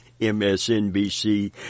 MSNBC